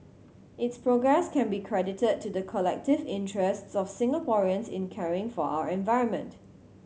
its progress can be credited to the collective interests of Singaporeans in caring for our environment